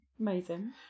Amazing